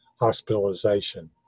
hospitalization